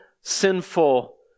sinful